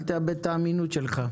אל תאבד את האמינות שלך.